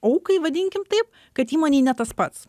aukai vadinkim taip kad įmonei ne tas pats